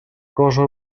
cosa